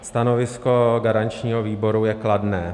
Stanovisko garančního výboru je kladné.